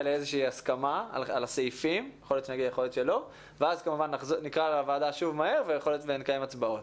לאיזושהי הסכמה ואז נכנס שוב את הוועדה ונקיים הצבעה.